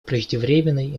преждевременной